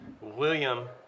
William